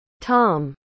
Tom